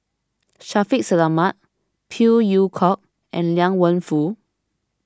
Shaffiq Selamat Phey Yew Kok and Liang Wenfu